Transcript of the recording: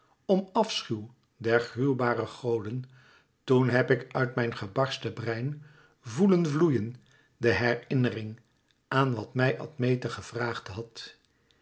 om afschuw der gruwbare goden toen heb ik uit mijn gebarsten brein voèlen vloeien de herinnering aan wat mij admete gevraagd had